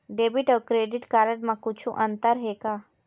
Debit अऊ credit card म कुछू अंतर हे का?